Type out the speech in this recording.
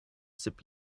zip